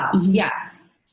Yes